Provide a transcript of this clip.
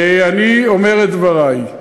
אני אומר את דברי.